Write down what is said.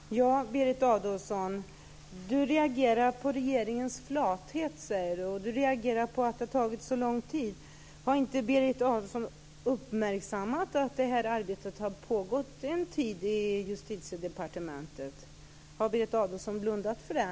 Fru talman! Berit Adolfsson reagerar på regeringens flathet, säger hon, och på att det har tagit så lång tid. Har inte Berit Adolfsson uppmärksammat att det här arbetet har pågått en tid i Justitiedepartementet? Har Berit Adolfsson blundat för det?